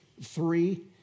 three